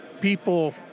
people